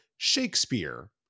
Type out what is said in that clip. Shakespeare